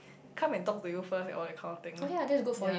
come and talk to you first and all that kind of thing yea